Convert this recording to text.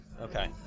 Okay